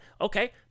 Okay